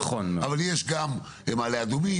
אבל יש גם מעלה אדומים,